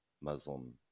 Muslim